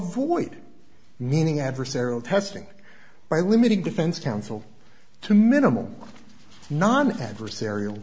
avoid meaning adversarial testing by limiting defense counsel to a minimal non adversarial